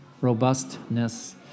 robustness